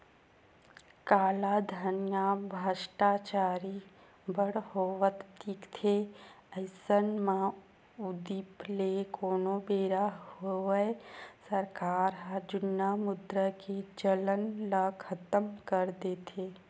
कालाधन या भस्टाचारी बड़ होवत दिखथे अइसन म उदुप ले कोनो बेरा होवय सरकार ह जुन्ना मुद्रा के चलन ल खतम कर देथे